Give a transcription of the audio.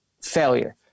failure